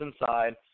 inside